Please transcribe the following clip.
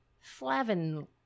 Flavin